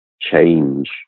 change